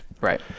Right